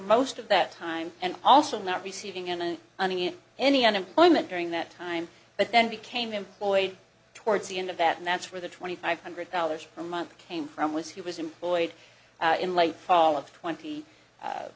most of that time and also not receiving in an onion any unemployment during that time but then became employed towards the end of that and that's where the twenty five hundred dollars a month came from was he was employed in late fall of twenty